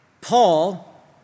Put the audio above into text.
Paul